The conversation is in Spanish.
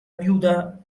viuda